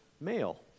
male